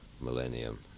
millennium